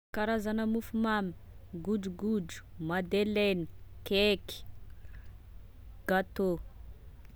Karazana mofomamy: godrogodro, madeleine, cake, gâteau